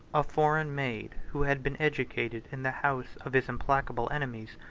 a foreign maid, who had been educated in the house of his implacable enemies,